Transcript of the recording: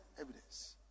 evidence